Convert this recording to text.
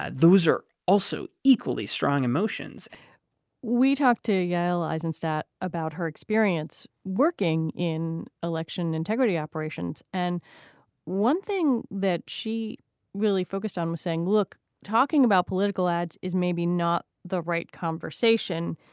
ah those are also equally strong emotions we talked to yael eisenstadt about her experience working in election integrity operations. and one thing that she really focused on was saying look talking about political ads is maybe not the right conversation.